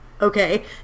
okay